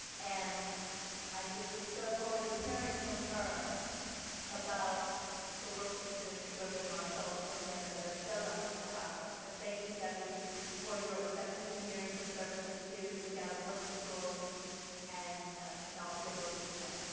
and i just look so forward to hearing from her about the work she's doing at thurgood marshall because i know they're so lucky to have her. but thank you debby for your seventeen years of service to seattle public schools and and all the work good work you've done.